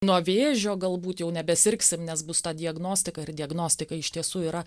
nuo vėžio galbūt jau nebesirgsim nes bus ta diagnostika ir diagnostika iš tiesų yra